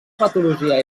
patologia